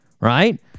Right